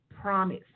promise